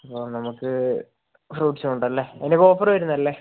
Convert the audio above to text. ഇപ്പോൾ നമുക്ക് ഫ്രൂട്സ് ഉണ്ടല്ലേ അതിനിപ്പോൾ ഓഫറ് വരുന്നതല്ലേ